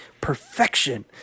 Perfection